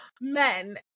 men